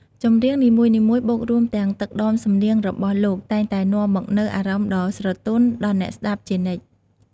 ចម្រៀងនីមួយៗបូករួមទាំងទឹកដមសំនៀងរបស់លោកតែងតែនាំមកនូវអារម្មណ៍ដ៏ស្រទន់ដល់អ្នកស្តាប់ជានិច្ច។